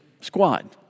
squad